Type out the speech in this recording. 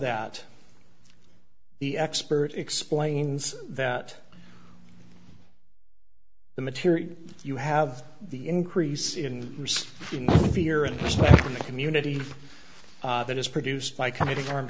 that the expert explains that the material you have the increase in fear and respect in the community that is produced by committing armed